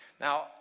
Now